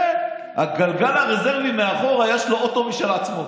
אז לגלגל הרזרבי מאחור, יש לו אוטו משל עצמו.